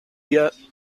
yet